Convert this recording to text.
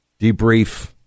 debrief